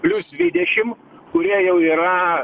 plius dvidešim kurie jau yra